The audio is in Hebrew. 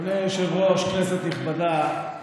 אדוני היושב-ראש, כנסת נכבדה,